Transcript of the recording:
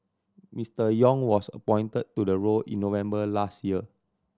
Mister Yong was appointed to the role in November last year